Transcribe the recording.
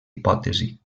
hipòtesi